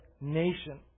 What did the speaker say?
nation